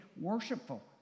worshipful